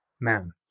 man